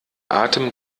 atem